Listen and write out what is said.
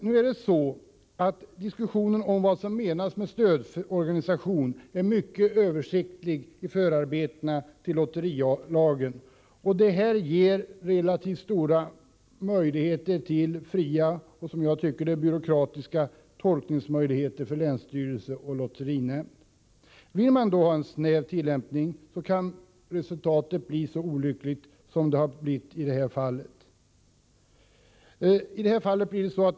Diskussionen i förarbetena till lotterilagen om vad som menas med stödorganisation är mycket översiktlig. Det ger länsstyrelse och lotterinämnd relativt stora möjligheter till fria och som jag tycker byråkratiska tolkningar. Vill man ha en snäv tillämpning kan resultatet bli så olyckligt som det i det här fallet blivit.